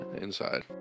inside